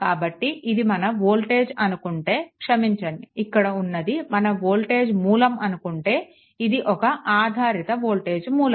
కాబట్టి ఇది మన వోల్టేజ్ అనుకుంటే క్షమించండి ఇక్కడ ఉన్నది మన వోల్టేజ్ మూలం అనుకుంటే ఇది ఒక ఆధారిత వోల్టేజ్ మూలం